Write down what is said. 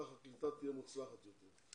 כך הקליטה תהיה מוצלחת יותר.